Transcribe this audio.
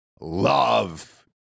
love